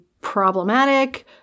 problematic